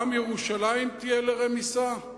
גם ירושלים תהיה לרמיסה?